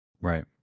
Right